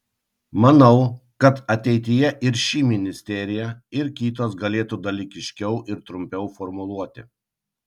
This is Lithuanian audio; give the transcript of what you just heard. manau kad ateityje ir ši ministerija ir kitos galėtų dalykiškiau ir trumpiau formuluoti